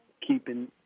keeping